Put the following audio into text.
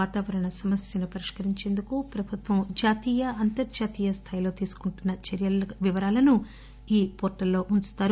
వాతావరణ సమస్యలని పరిష్కరించేందుకు ప్రభుత్వం జాతీయ అంతర్జాతీయ స్థాయిలో తీసుకుంటున్న చర్చలను ఈ పోర్టల్ లో ఉంచుతారు